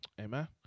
amen